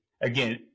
again